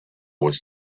was